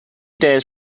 days